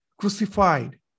crucified